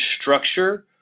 structure